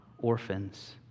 orphans